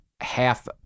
half